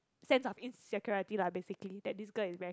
sense of insecurity lah basically that this girl is very